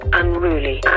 unruly